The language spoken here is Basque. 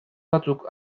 batzuk